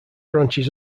branches